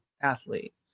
athlete